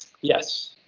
Yes